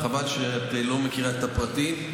וחבל שאת לא מכירה את הפרטים.